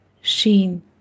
shin